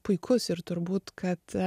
puikus ir turbūt kad